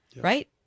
right